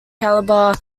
caliber